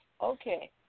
Okay